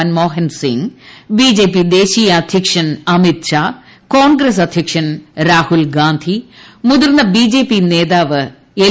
Manmohan Singh BJP ദേശീയ അദ്ധ്യക്ഷൻ അമിത്ഷാ കോൺഗ്രസ് അദ്ധ്യക്ഷൻ രാഹുൽ ഗാന്ധി മുതിർന്ന ബിജെപി നേതാവ് എൽ